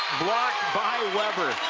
block by weber